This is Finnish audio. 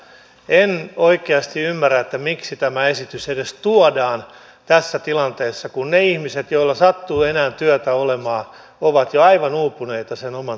en oikeasti ymmärrä miksi tämä esitys edes tuodaan tässä tilanteessa kun ne ihmiset joilla sattuu enää työtä olemaan ovat jo aivan uupuneita sen oman työnsä kanssa